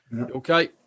Okay